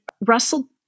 Russell